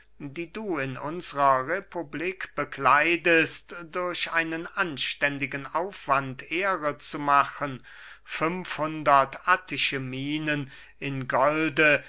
die du in unsrer republik bekleidest durch einen anständigen aufwand ehre zu machen fünf hundert attische minen in golde